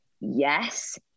yes